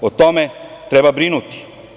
O tome treba brinuti.